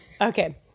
Okay